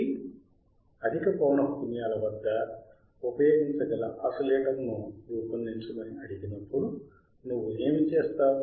కాబట్టి అధిక పౌనఃపున్యాల వద్ద ఉపయోగించగల ఆసిలేటర్ను రూపొందించమని అడిగినప్పుడు నువ్వు ఏమి చేస్తావు